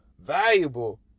valuable